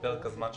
בפרק הזמן שנקבע.